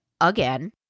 again